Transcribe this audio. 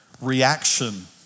reaction